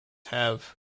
have